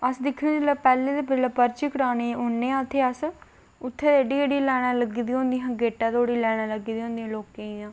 अस दिक्खने आं कि जेल्लै पर्ची कटाने गी औने आं अस उत्थै एड्डियां एड्डियां लाइनां लग्गी दियां होंदिया शिड़कै तक्कर